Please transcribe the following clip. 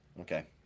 Okay